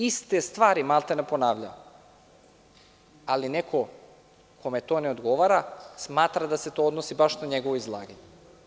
Iste stvari sam maltene ponavljao, ali neko kome to ne odgovara smatra da se to odnosi baš na njegovo izlaganje.